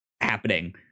happening